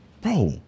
bro